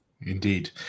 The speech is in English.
Indeed